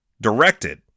directed